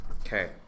Okay